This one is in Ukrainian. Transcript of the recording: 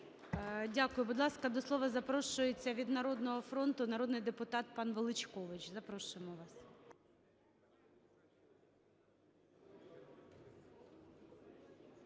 Дякую. Будь ласка, до слова запрошується від "Народного фронту" народний депутат пан Величкович. Запрошуємо вас.